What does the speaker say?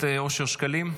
הכנסת אושר שקלים,